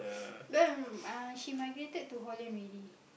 no no no uh she migrated to Holland already